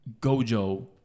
Gojo